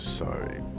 sorry